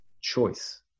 choice